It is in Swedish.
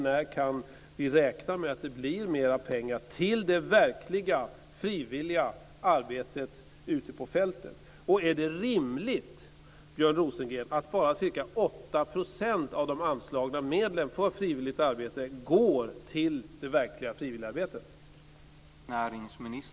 När räknar han med att det blir mera pengar till det verkliga, frivilliga arbetet ute på fältet? Är det rimligt, Björn Rosengren, att bara ca 8 % av de anslagna medlen för frivilligt arbete går till det verkliga frivilligarbetet?